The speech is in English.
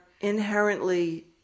inherently